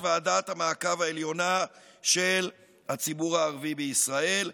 ועדת המעקב העליונה של הציבור הערבי בישראל.